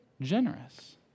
generous